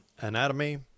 anatomy